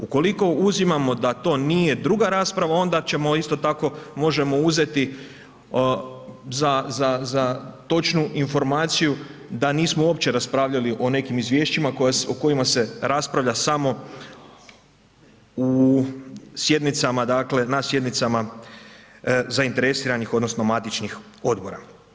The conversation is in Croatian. Ukoliko uzimamo da to nije druga rasprava, onda ćemo isto tako, možemo uzeti za točnu informaciju da nismo uopće raspravljali o nekim Izvješćima o kojima se raspravlja samo u sjednicama dakle, na sjednicama zainteresiranih odnosno matičnih Odbora.